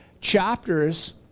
chapters